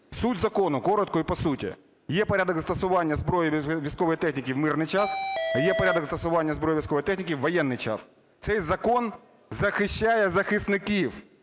Суть закону коротко і по суті. Є порядок застосування зброї, військової техніки в мирний час, а є порядок застосування зброї і військової техніки у воєнний час. Цей закон захищає